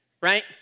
Right